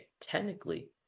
technically